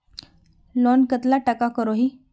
Loan कतला टाका करोही?